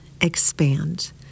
expand